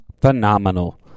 Phenomenal